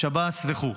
שב"ס וכו'